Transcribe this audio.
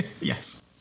Yes